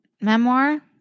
memoir